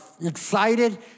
excited